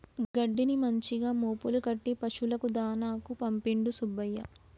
గడ్డిని మంచిగా మోపులు కట్టి పశువులకు దాణాకు పంపిండు సుబ్బయ్య